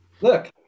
Look